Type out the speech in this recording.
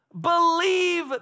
Believe